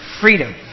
Freedom